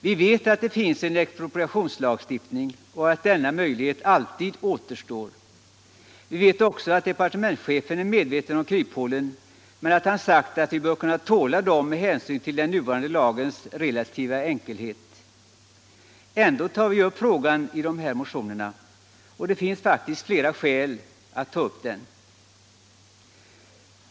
Vi vet att det finns en expropriationslagstiftning och att denna möjlighet alltid återstår. Vi vet också att departementschefen är medveten om kryphålen men att han sagt att man bör kunna tåla dem med hänsyn till den nuvarande lagens relativa enkelhet. Ändå tar vi upp frågan i de här motionerna, och det finns faktiskt flera skäl att göra det.